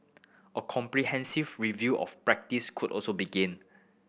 a comprehensive review of practice could also begin